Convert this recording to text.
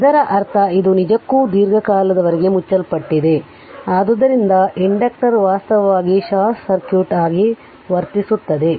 ಇದರರ್ಥ ಇದು ನಿಜಕ್ಕೂ ದೀರ್ಘಕಾಲದವರೆಗೆ ಮುಚ್ಚಲ್ಪಟ್ಟಿದೆ ಆದ್ದರಿಂದ ಇಂಡಕ್ಟರ್ ವಾಸ್ತವವಾಗಿ ಶಾರ್ಟ್ ಸರ್ಕ್ಯೂಟ್ ಆಗಿ ವರ್ತಿಸುತ್ತದೆ